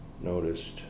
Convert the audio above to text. noticed